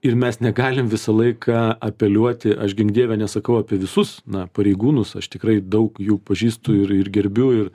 ir mes negalim visą laiką apeliuoti aš gink dieve nesakau apie visus na pareigūnus aš tikrai daug jų pažįstu ir ir gerbiu ir